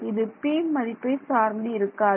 இது p மதிப்பை சார்ந்து இருக்காது